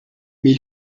mais